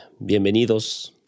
Bienvenidos